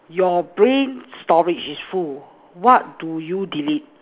your brain storage is full what do you delete